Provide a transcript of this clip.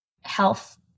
health